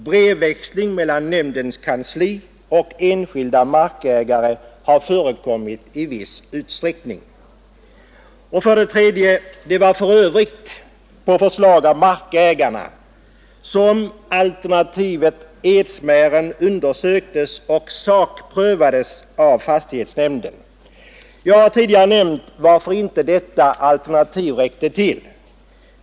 Brevväxling mellan nämndens kansli och enskilda markägare har förekommit i viss utsträckning. För det tredje: Det var för övrigt på förslag av markägarna som alternativet Edsmären undersöktes och sakprövades av fastighetsnämn den. Jag har tidigare nämnt varför inte detta alternativ räckte till.